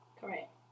Correct